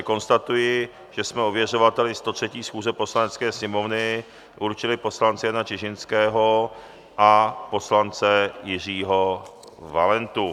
Konstatuji, že jsme ověřovateli 103. schůze Poslanecké sněmovny určili poslance Jana Čižinského a poslance Jiřího Valentu.